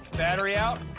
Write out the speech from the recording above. battery out?